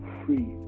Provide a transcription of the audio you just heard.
free